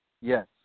Yes